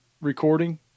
recording